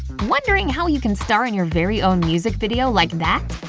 wondering how you can star in your very own music video like that?